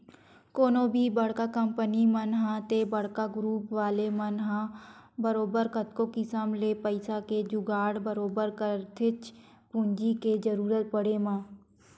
कोनो भी बड़का कंपनी मन ह ते बड़का गुरूप वाले मन ह बरोबर कतको किसम ले पइसा के जुगाड़ बरोबर करथेच्चे पूंजी के जरुरत पड़े म